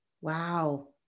Wow